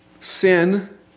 Sin